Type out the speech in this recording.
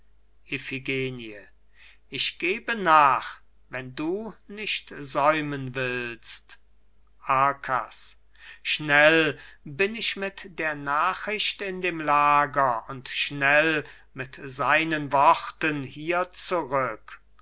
ich gebe nach wenn du nicht säumen willst arkas schnell bin ich mit der nachricht in dem lager und schnell mit seinen worten hier zurück